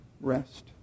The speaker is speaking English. rest